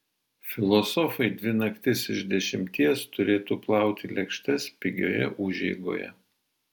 filosofai dvi naktis iš dešimties turėtų plauti lėkštes pigioje užeigoje